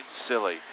Silly